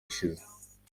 ishize